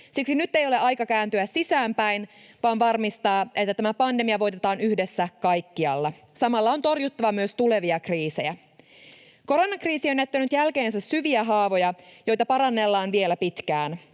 Siksi nyt ei ole aika kääntyä sisäänpäin vaan varmistaa, että tämä pandemia voitetaan yhdessä kaikkialla. Samalla on torjuttava myös tulevia kriisejä. Koronakriisi on jättänyt jälkeensä syviä haavoja, joita parannellaan vielä pitkään.